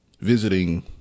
visiting